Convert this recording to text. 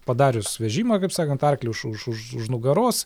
padarius vežimą kaip sakant arklį už už už už nugaros